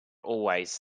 always